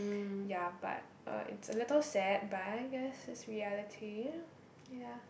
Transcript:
ya but uh it's a little sad but I guess it's reality ya